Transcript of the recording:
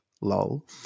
lol